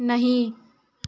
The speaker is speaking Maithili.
नही